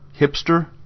hipster